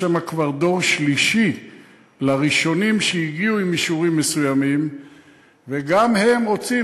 יש שם כבר דור שלישי לראשונים שהגיעו עם אישורים מסוימים וגם הם רוצים,